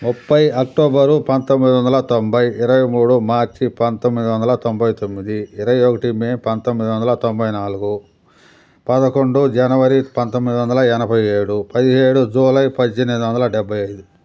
ముప్పై అక్టోబరు పంతొమ్మిది వందల తొంభై ఇరవై మూడు మార్చి పంతొమ్మిది వందల తొంభై తొమ్మిది ఇరవై ఒకటి మే పంతొమ్మిది వందల తొంభై నాలుగు పదకొండు జనవరి పంతొమ్మిది వందల ఎనభై ఏడు పదిహేడు జూలై పద్దెనిమిది వందల డెబ్భై ఐదు